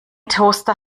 toaster